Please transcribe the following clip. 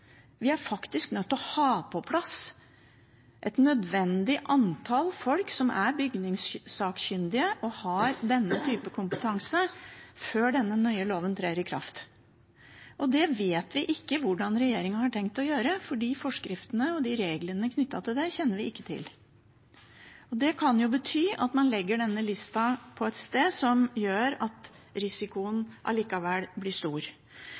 Vi er nødt til å ha på plass et nødvendig antall folk som er bygningskyndige, og som har denne type kompetanse, før den nye loven trer i kraft. Det vet vi ikke hvordan regjeringen har tenkt å gjøre, fordi vi ikke kjenner til forskriftene og reglene knyttet til det. Det kan jo bety at man legger denne lista på et sted som gjør at risikoen allikevel blir stor.